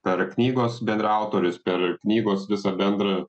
per knygos bendraautorius per knygos visą bendrą